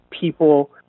people